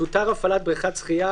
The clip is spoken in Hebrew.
תותר הפעלת בריכת שחייה,